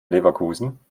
leverkusen